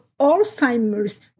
Alzheimer's